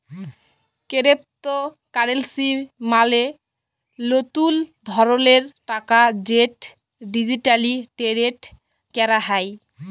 কেরেপ্তকারেলসি মালে লতুল ধরলের টাকা যেট ডিজিটালি টেরেড ক্যরা হ্যয়